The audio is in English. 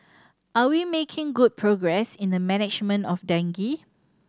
are we making good progress in the management of dengue